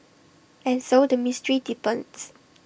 and so the mystery deepens